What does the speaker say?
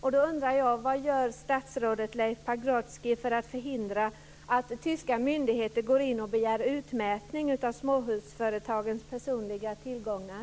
Vad gör statsrådet Leif Pagrotsky för att förhindra att tyska myndigheter begär utmätning av småhusföretagarnas personliga tillgångar?